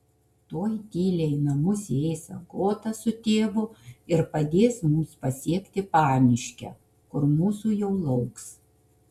tuoj tyliai į namus įeis agota su tėvu ir padės mums pasiekti pamiškę kur mūsų jau lauks